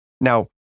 Now